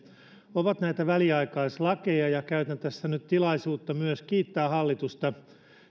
ovat näitä väliaikaislakeja ja käytän tässä nyt tilaisuutta myös kiittää hallitusta